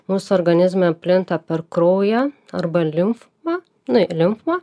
mūsų organizme plinta per kraują arba limfą na limfą